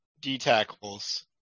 D-tackles